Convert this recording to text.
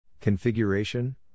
Configuration